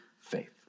faith